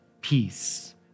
peace